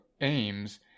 aims